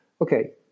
Okay